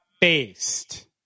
Based